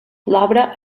l’obra